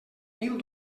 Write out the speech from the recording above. mil